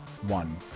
one